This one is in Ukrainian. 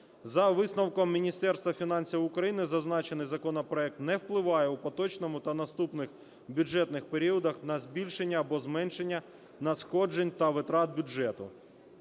За висновком Міністерства фінансів України зазначений законопроект не впливає у поточному та наступних бюджетних періодах на збільшення або зменшення надходжень та витрат бюджету.